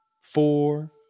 four